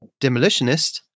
Demolitionist